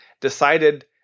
decided –